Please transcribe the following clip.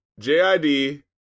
JID